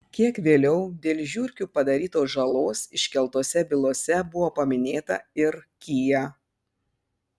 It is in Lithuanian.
kiek vėliau dėl žiurkių padarytos žalos iškeltose bylose buvo paminėta ir kia